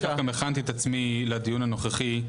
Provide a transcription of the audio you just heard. והכנתי את עצמי לדיון הנוכחי,